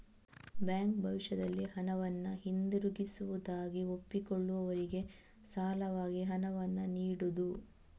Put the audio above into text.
bank ಭವಿಷ್ಯದಲ್ಲಿ ಹಣವನ್ನ ಹಿಂದಿರುಗಿಸುವುದಾಗಿ ಒಪ್ಪಿಕೊಳ್ಳುವವರಿಗೆ ಸಾಲವಾಗಿ ಹಣವನ್ನ ನೀಡುದು